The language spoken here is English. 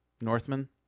Northman